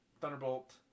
Thunderbolt